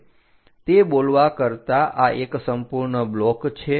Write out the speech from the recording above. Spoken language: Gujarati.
તે બોલવા કરતા આ એક સંપૂર્ણ બ્લોક છે